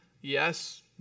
yes